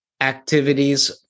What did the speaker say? activities